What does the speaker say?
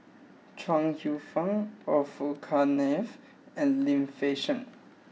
Chuang Hsueh Fang Orfeur Cavenagh and Lim Fei Shen